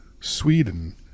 Sweden